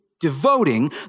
devoting